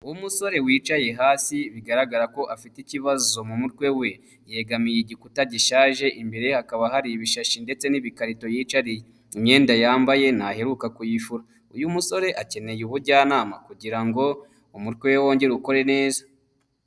Umusore wicaye hasi, bigaragara ko afite ikibazo mu mutwe we; yegamiye igikuta gishaje, imbere ye hakaba hari ibishashi ndetse n'ibikarito yicariye. Imyenda yambaye ntaheruka kuyifura; uyu musore akeneye ubujyanama kugira ngo umutwe we wongere ukore neza.